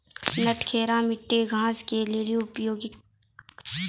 नटखेरा मिट्टी घास के लिए उपयुक्त?